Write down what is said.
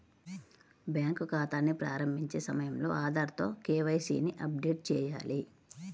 bank ఖాతాని ప్రారంభించే సమయంలో ఆధార్ తో కే.వై.సీ ని అప్డేట్ చేయాలి